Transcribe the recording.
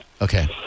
Okay